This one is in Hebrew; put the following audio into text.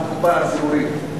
הקופה הציבורית,